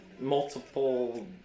multiple